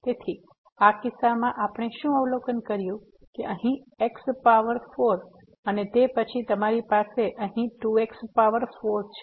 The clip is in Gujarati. તેથી આ કિસ્સામાં આપણે શું અવલોકન કર્યું કે અહીં x પાવર 4 અને તે પછી તમારી પાસે અહીં 2 x પાવર 4 છે